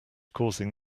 causing